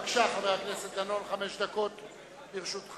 בבקשה, חבר הכנסת דנון, חמש דקות לרשותך.